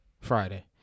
Friday